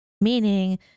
Meaning